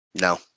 No